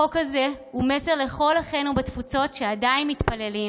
החוק הזה הוא מסר לכל אחינו בתפוצות שעדיין מתפללים